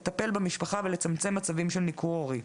לטפל במשפחה ולצמצם מצבים של ניכור הורי.